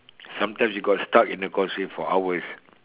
sometimes you got stuck in the causeway for hours